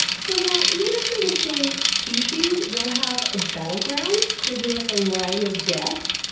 so now even if they're the same species, they'll have a battle ground? there'll be like a line of death?